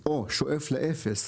או שואף לאפס,